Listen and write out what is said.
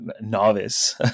novice